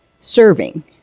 serving